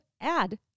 add